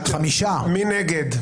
מי נגד?